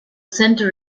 centre